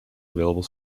available